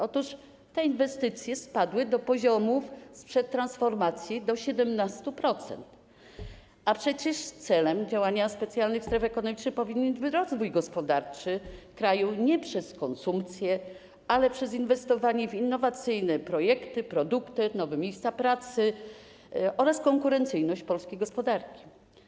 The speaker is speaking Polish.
Otóż te inwestycje spadły do poziomów sprzed transformacji, do 17%, a przecież celem działania specjalnych stref ekonomicznych powinien być rozwój gospodarczy kraju nie przez konsumpcję, ale przez inwestowanie w innowacyjne projekty, produkty, nowe miejsca pracy oraz konkurencyjność polskiej gospodarki.